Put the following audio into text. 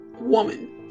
woman